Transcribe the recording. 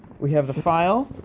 we have the file.